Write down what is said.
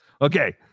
Okay